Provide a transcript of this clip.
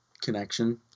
connection